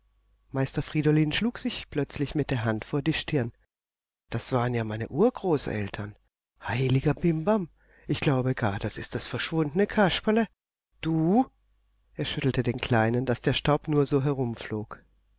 meister friedolin schlug sich plötzlich mit der hand vor die stirn das waren ja meine urgroßeltern heiliger bimbam ich glaube gar das ist das verschwundene kasperle du er schüttelte den kleinen daß der staub nur so